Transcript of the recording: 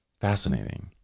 Fascinating